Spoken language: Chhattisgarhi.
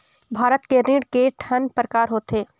भारत के ऋण के ठन प्रकार होथे?